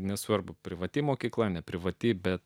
nesvarbu privati mokykla neprivati bet